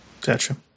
Gotcha